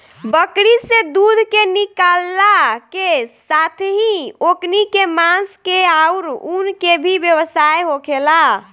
बकरी से दूध के निकालला के साथेही ओकनी के मांस के आउर ऊन के भी व्यवसाय होखेला